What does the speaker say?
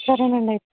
సరేనండి అయితే